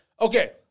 Okay